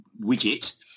widget